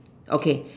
okay